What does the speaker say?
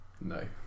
No